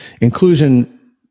Inclusion